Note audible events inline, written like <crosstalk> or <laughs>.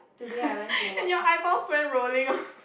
<laughs> and your eyeballs went rolling loh